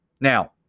Now